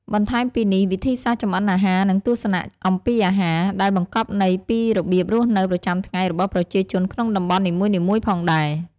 បន្ថែមពីនេះ វិធីសាស្ត្រចម្អិនអាហារ និងទស្សនៈអំពីអាហារ ដែលបង្កប់ន័យពីរបៀបរស់នៅប្រចាំថ្ងៃរបស់ប្រជាជនក្នុងតំបន់នីមួយៗផងដែរ។